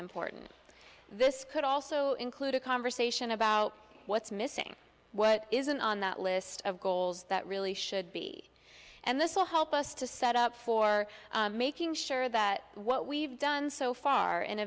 important this could also include a conversation about what's missing what isn't on the list of goals that really should be and this will help us to set up for making sure that what we've done so far